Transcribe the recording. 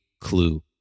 clue